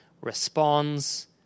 responds